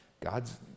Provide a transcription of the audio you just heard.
God's